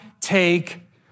take